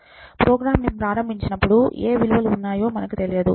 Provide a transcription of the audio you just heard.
మీరు ప్రోగ్రామ్ను ప్రారంభించినప్పుడు ఏ విలువలు ఉన్నాయో తెలియదు